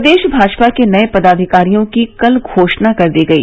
प्रदेश भाजपा के नये पदाधिकारियों की कल घोषणा कर दी गई